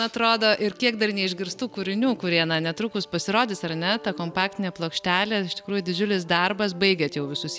atrodo ir kiek dar neišgirstų kūrinių kurie netrukus pasirodys ar ne ta kompaktinė plokštelė iš tikrųjų didžiulis darbas baigiat jau visus